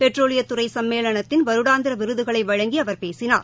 பெட்ரோலியத்துறை சம்மேளனத்தின் வருடாந்திர விருதுகளை வழங்கி அவர் பேசினார்